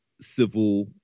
civil